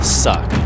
suck